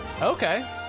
okay